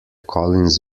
collins